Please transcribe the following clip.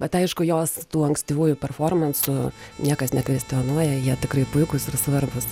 bet aišku jos tų ankstyvųjų performensų niekas nekvestionuoja jie tikrai puikūs ir svarbūs